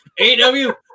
AW